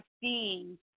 seeing